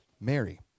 Mary